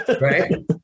right